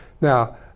now